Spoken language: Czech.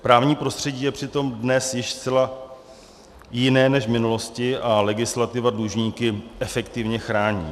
Právní prostředí je přitom dnes již zcela jiné než v minulosti a legislativa dlužníky efektivně chrání.